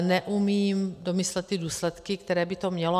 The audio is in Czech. Neumím domyslet důsledky, které by to mělo.